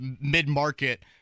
mid-market